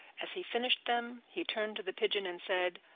as he finished them, he turned to the pigeon and said